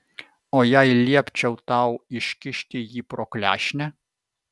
o jei liepčiau tau iškišti jį pro klešnę